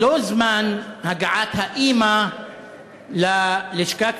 ולא זמן הגעת האימא ללשכה,